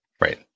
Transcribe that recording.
right